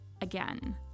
again